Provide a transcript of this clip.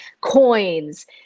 coins